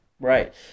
Right